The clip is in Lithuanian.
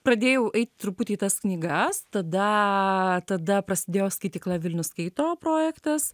pradėjau eit truputį į tas knygas tada tada prasidėjo skaitykla vilnius skaito projektas